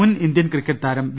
മുൻ Indian cricket താരം V